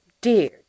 dear